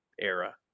era